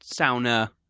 sauna